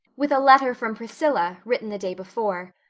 with a letter from priscilla, written the day before.